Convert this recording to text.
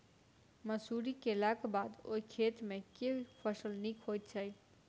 मसूरी केलाक बाद ओई खेत मे केँ फसल नीक होइत छै?